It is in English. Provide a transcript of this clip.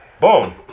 boom